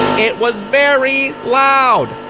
it was very loud!